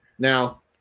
Now